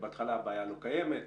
בהתחלה הבעיה לא קיימת,